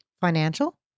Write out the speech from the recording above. Financial